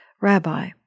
Rabbi